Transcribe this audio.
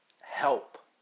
Help